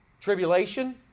Tribulation